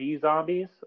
zombies